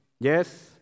Yes